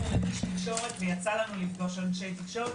לתקשורת ויצא לנו לפגוש אנשי תקשורת,